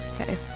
Okay